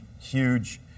Huge